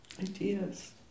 Ideas